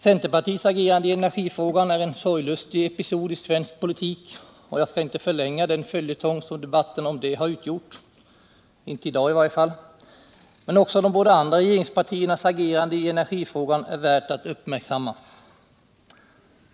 Centerpartiets agerande i energifrågan är en sorglustig episod i svensk politik, och jag skall inte förlänga den följetong som debatten om det har utgjort — inte i dag i varje fall. Men också de båda andra regeringspartiernas agerande i energifrågan är värt att uppmärksamma.